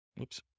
Oops